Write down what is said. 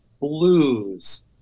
blues